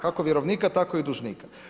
Kako vjerovnika, tako i dužnika.